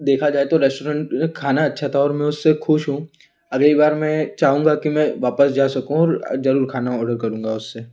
देखा जाए तो रेस्टोरेंट खाना अच्छा था और मैं उससे खुश हूँ अगली बार में चाहूँगा कि मैं वापस जा सकूँ और ज़रूर खाना ऑर्डर करूंगा उससे